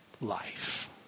life